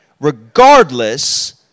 regardless